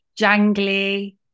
jangly